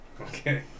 Okay